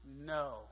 No